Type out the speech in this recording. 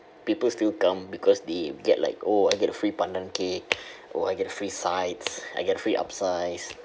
people still come because they get like oh I get a free pandan cake or I get a free sides I get a free upsize